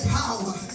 power